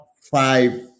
five